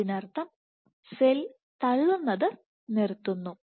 അതിനർത്ഥം സെൽ തള്ളുന്നത് നിർത്തുന്നു